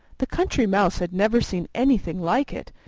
the country mouse had never seen anything like it,